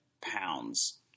pounds